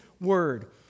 word